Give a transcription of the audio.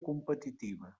competitiva